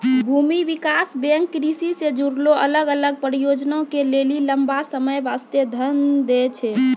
भूमि विकास बैंक कृषि से जुड़लो अलग अलग परियोजना के लेली लंबा समय बास्ते धन दै छै